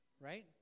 right